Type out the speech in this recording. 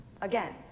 again